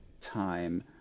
time